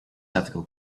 ethical